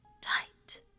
tight